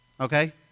okay